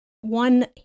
one